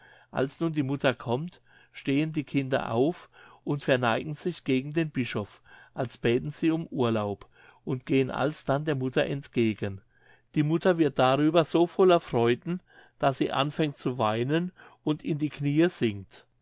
als nun die mutter kommt stehen die kinder auf und verneigen sich gegen den bischof als bäten sie um urlaub und gehen alsdann der mutter entgegen die mutter wird darüber so voller freuden daß sie anfängt zu weinen und in die kniee sinket